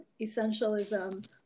essentialism